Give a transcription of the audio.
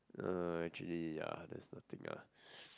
uh actually yeah that's the thing ah